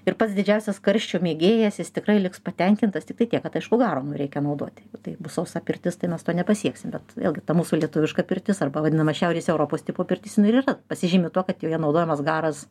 ir pats didžiausias karščio mėgėjas jis tikrai liks patenkintas tiktai tiek kad aišku garo nu reikia naudoti tai bus sausa pirtis tai mes to nepasieksim bet vėlgi ta mūsų lietuviška pirtis arba vadinama šiaurės europos tipo pirtis ir yra pasižymi tuo kad joje naudojamas garas